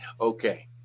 Okay